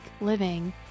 living